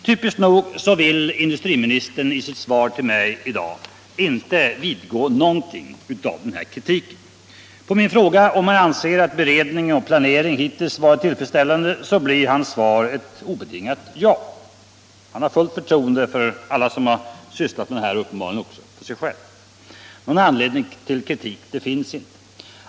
Typiskt nog vill industriministern i sitt svar till mig i dag inte vidgå någonting av den kritiken. På min fråga om han anser att beredning och planering hittills varit tillfredsställande blir hans svar ett obetingat ”ja”. Han har fullt förtroende för alla som sysslat med denna fråga och uppenbarligen även för sig själv. Någon anledning till kritik finns inte.